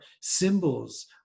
symbols